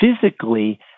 physically